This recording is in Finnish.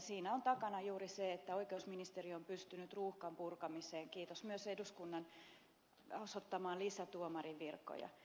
siinä on takana juuri se että oikeusministeriö on pystynyt ruuhkan purkamiseen kiitos myös eduskunnan osoittamaan lisätuomarinvirkoja